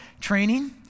training